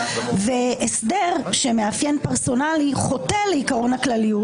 והסדר שנושא מאפיין פרסונלי חוטא לעיקרון הכלליות.